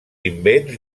invents